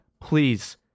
please